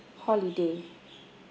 holiday